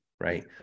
right